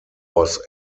was